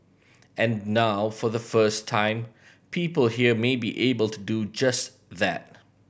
and now for the first time people here may be able to do just that